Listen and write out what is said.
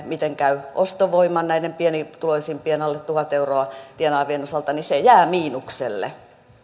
miten käy ostovoiman näiden pienituloisimpien alle tuhat euroa tienaavien osalta niin se jää miinukselle